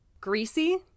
greasy